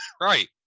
right